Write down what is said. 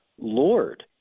Lord